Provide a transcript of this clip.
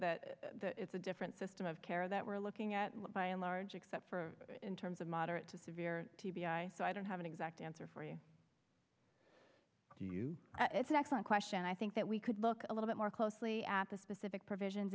that it's a different system of care that we're looking at by and large except for in terms of moderate to severe so i don't have an exact answer for you do you it's an excellent question and i think that we could look a little bit more closely at the specific provisions